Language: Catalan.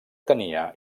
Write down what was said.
tenia